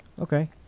okay